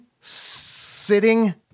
sitting